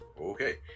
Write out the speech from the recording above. Okay